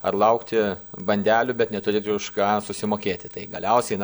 ar laukti bandelių bet neturi ir už ką susimokėti tai galiausiai na